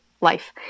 life